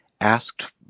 asked